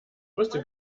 wusste